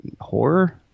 horror